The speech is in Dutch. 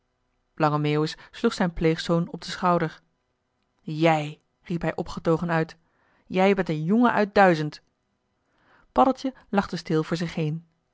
sloeg zijn pleegzoon op den schouder jij riep hij opgetogen uit jij bent een jongen uit duizend paddeltje lachte stil voor zich heen